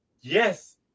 yes